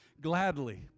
gladly